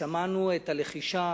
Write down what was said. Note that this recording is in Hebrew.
ושמענו את הלחישה